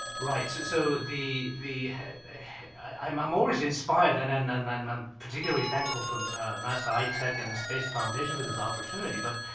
right, so so the, the i'm i'm always inspired and then and and i'm i'm particularly thankful for nasa itech and the space foundation for this opportunity. but,